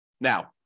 Now